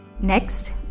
Next